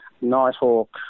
Nighthawk